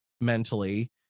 mentally